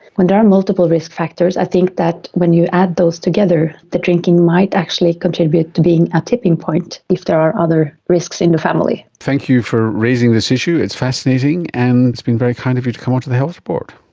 when there are multiple risk factors i think that when you add those together the drinking might actually contribute to being a tipping point if there are other risks in the family. thank you for raising this issue, it's fascinating, and it's been very kind of you to come onto the health report.